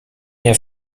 nie